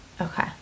okay